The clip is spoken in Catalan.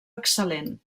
excel·lent